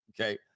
Okay